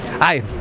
Hi